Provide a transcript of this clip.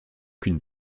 qu’une